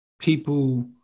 people